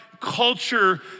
culture